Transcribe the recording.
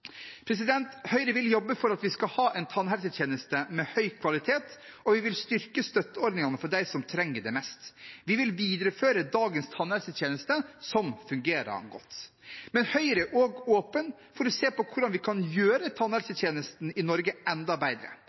Høyre vil jobbe for at vi skal ha en tannhelsetjeneste med høy kvalitet, og vi vil styrke støtteordningene for dem som trenger det mest. Vi vil videreføre dagens tannhelsetjeneste, som fungerer godt. Men Høyre er også åpen for å se på hvordan vi kan gjøre tannhelsetjenesten i Norge enda bedre,